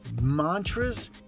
mantras